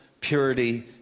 purity